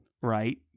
right